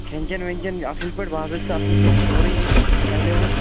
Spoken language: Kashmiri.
کھیٚن چیٚن ویٚن چیٚن اَصٕل پٲٹھۍ باظٲبِطہٕ اَصٕل پٲٹھۍ سورُے اتہِ ایٚویٚلیٚبٔل